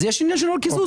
יש עניין של נוהל קיזוז.